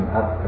up